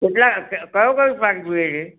કેટલા કયું કયું શાક જુએ છે